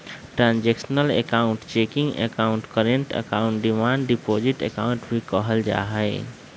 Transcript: transactional account checking account, current account, demand deposit account भी कहल जाहई